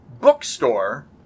bookstore